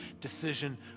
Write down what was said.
decision